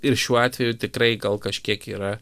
ir šiuo atveju tikrai gal kažkiek yra